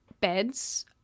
beds